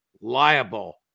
liable